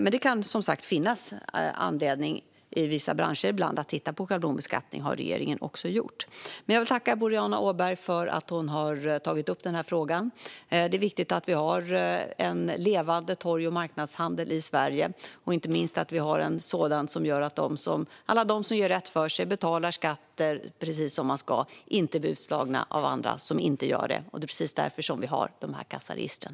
Men det kan som sagt finnas anledning att för vissa branscher titta på schablonbeskattning, och det har regeringen också gjort. Jag vill tacka Boriana Åberg för att hon har tagit upp den här frågan. Det är viktigt att vi har en levande torg och marknadshandel i Sverige och inte minst att vi har en sådan som gör att alla de som gör rätt för sig och betalar skatter precis som man ska inte blir utslagna av andra som inte gör det. Det är precis därför som vi har de här kassaregistren.